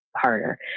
harder